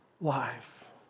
life